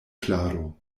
klaro